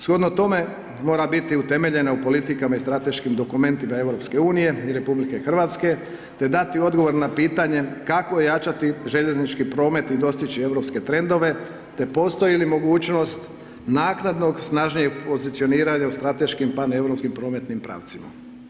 Shodno tome, mora biti utemeljena u politikama i strateškim dokumentima EU i RH, te dati odgovor na pitanje kako ojačati željeznički promet i dostići europske trendove, te postoji li mogućnost naknadnog snažnijeg pozicioniranja u strateškim pan europskim prometnim pravcima.